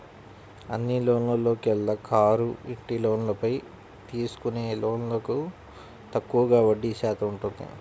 అన్ని లోన్లలోకెల్లా కారు, ఇంటి లోన్లపై తీసుకునే లోన్లకు తక్కువగా వడ్డీ శాతం ఉంటుంది